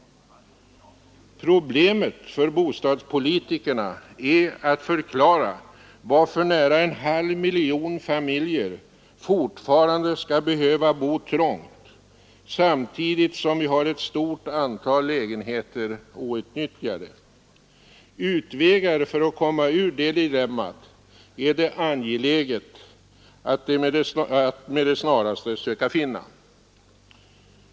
Problemet för bostadspolitikerna är att förklara varför nära en halv miljon familjer fortfarande skall behöva bo trångt samtidigt som vi har ett stort antal lägenheter outnyttjade. Utvägar för att komma ur detta dilemma är det angeläget att med det snaraste söka finna.